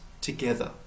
together